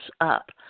up